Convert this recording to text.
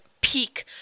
peak